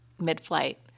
mid-flight